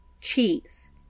cheese